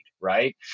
right